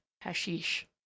hashish